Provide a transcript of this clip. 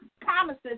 promises